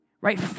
right